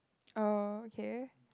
oh okay